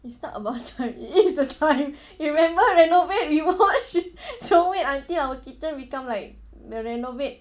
it's not about time it is the time you remember renovaid we watch don't wait until our kitchen become like the renovaid